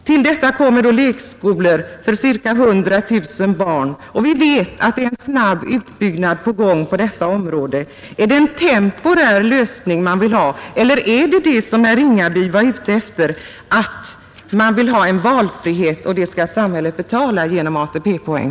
Till detta kommer då lekskolor för ca 100 000 barn. Vi vet att det är en snabb utbyggnad på gång på detta område. Är det en temporär lösning man vill ha eller det som herr Ringaby var ute efter, nämligen en valfrihet som samhället skall betala genom ATP-poäng?